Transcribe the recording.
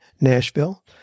Nashville